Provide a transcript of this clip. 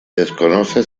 desconoce